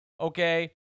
Okay